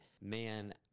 Man